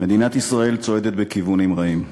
מדינת ישראל צועדת בכיוונים רעים.